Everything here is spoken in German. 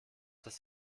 des